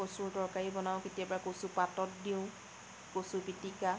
কচুৰ তৰকাৰি বনাওঁ কেতিয়াবা কচু পাতত দিওঁ কচু পিটিকা